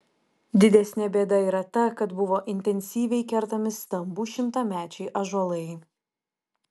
didesnė bėda yra ta kad buvo intensyviai kertami stambūs šimtamečiai ąžuolai